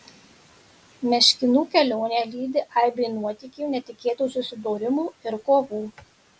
meškinų kelionę lydi aibė nuotykių netikėtų susidūrimų ir kovų